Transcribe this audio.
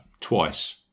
twice